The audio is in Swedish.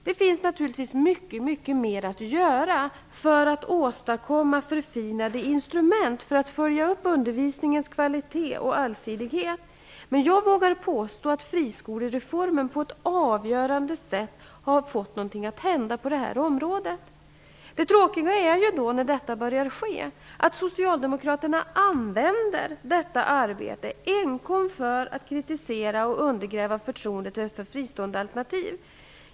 Det finns naturligtvis mycket mer att göra för att åstadkomma förfinade instrument för att följa upp undervisningens kvalitet och allsidighet. Men jag vågar påstå att friskolereformen på ett avgörande sätt fått något att hända på området. Det tråkiga är att Socialdemokraterna använder detta arbete enkom för att kritisera och undergräva förtroendet för fristående alternativ.